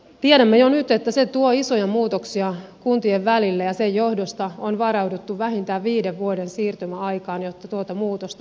tiedämme jo nyt että se tuo isoja muutoksia kuntien välille ja sen johdosta on varauduttu vähintään viiden vuoden siirtymäaikaan jotta tuota muutosta voitaisiin tasoittaa